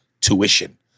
tuition